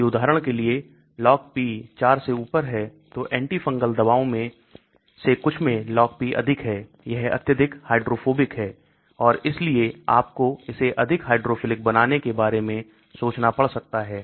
यदि उदाहरण के लिए LogP 4 से ऊपर है तो एंटीफंगल दबाव में से कुछ में LogP अधिक है यह अत्यधिक हाइड्रोफोबिक है और इसलिए आपको इसे अधिक हाइड्रोफिलिक बनाने के बारे में सोचना पड़ सकता है